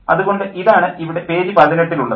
അതുകൊണ്ട് ഇതാണ് ഇവിടെ പേജ് 18 ൽ ഉള്ളത്